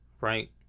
right